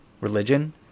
religion